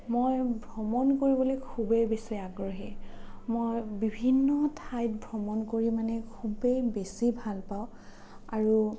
মই ভ্ৰমণ কৰিবলৈ খুবেই বেছি আগ্ৰহী মই বিভিন্ন ঠাইত ভ্ৰমণ কৰি মানে খুবেই বেছি ভালপাওঁ আৰু